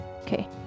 Okay